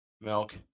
Milk